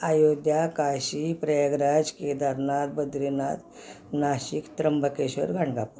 Ayodhya Kashi Prayagraj Kedarnath Badrinath Nashik Trimbakeshwar Ganagapur